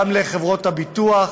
גם של חברות הביטוח